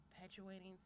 perpetuating